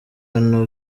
hano